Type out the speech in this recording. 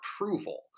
approval